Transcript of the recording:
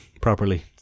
properly